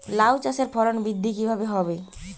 লাউ চাষের ফলন বৃদ্ধি কিভাবে হবে?